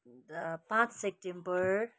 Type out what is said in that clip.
पाँच सेप्टेम्बर